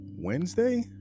Wednesday